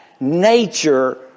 nature